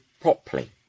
properly